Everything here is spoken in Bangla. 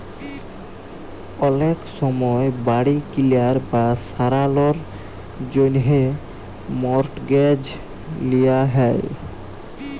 অলেক সময় বাড়ি কিলার বা সারালর জ্যনহে মর্টগেজ লিয়া হ্যয়